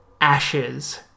ashes